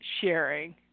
sharing